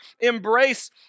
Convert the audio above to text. embrace